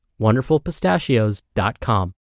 wonderfulpistachios.com